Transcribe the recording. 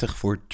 voor